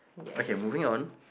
okay moving on